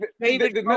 David